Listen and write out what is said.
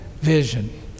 vision